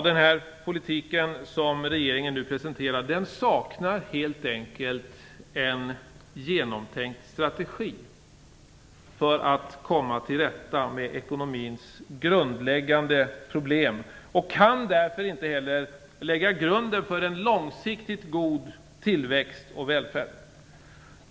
Den politik som regeringen nu presenterar saknar helt enkelt en genomtänkt strategi för att komma till rätta med ekonomins grundläggande problem och kan därför inte heller lägga grunden för en långsiktigt god tillväxt och välfärd.